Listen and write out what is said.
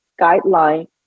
guideline